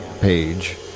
page